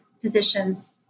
positions